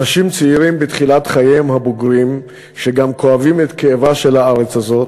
אנשים צעירים בתחילת חייהם הבוגרים שגם כואבים את כאבה של הארץ הזאת,